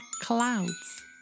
clouds